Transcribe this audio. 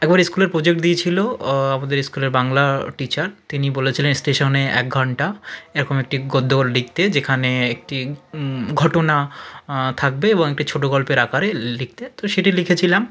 একবার স্কুলের প্রজেক্ট দিয়েছিল আমাদের স্কুলের বাংলা টিচার তিনি বলেছিলেন স্টেশনে এক ঘণ্টা এরকম একটি গদ্য লিখতে যেখানে একটি ঘটনা থাকবে এবং একটি ছোট গল্পের আকারে লিখতে তো সেটি লিখেছিলাম